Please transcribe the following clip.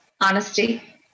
honesty